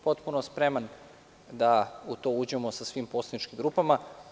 Potpuno spreman da u to uđemo sa svim poslaničkim grupama.